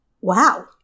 wow